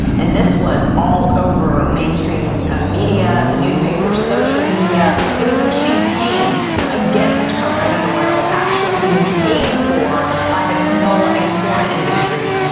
and this was all over mainstream ah media, the newspaper, social media. it was a campaign against coconut oil actually being paid for by the canola and corn industry.